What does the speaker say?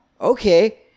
okay